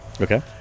Okay